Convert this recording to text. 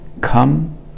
Come